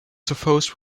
suffused